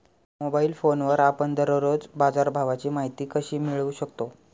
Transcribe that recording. Mobile फोनवर आपण दररोज बाजारभावाची माहिती कशी मिळवू शकतो?